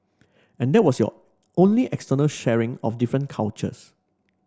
and that was your only external sharing of different cultures